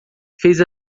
fez